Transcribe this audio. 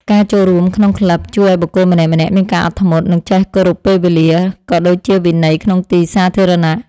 ការចូលរួមក្នុងក្លឹប ជួយឱ្យបុគ្គលម្នាក់ៗមានការអត់ធ្មត់ និងចេះគោរពពេលវេលា ក៏ដូចជាវិន័យក្នុងទីសាធារណៈ។